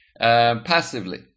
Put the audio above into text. passively